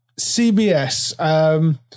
CBS